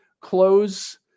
close